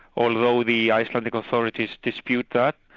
although the icelandic authorities dispute that,